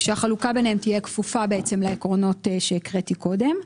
החלוקה ביניהם תהיה כפופה לעקרונות שהקראתי קודם.